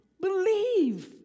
believe